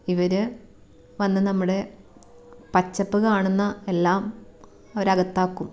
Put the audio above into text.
ഇവർ വന്ന് നമ്മുടെ പച്ചപ്പ് കാണുന്ന എല്ലാം അവർ അകത്താക്കും